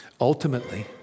Ultimately